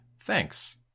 thanks